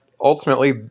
ultimately